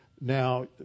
Now